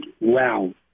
Wow